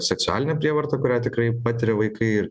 seksualinę prievartą kurią tikrai patiria vaikai ir